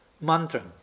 mantra